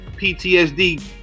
ptsd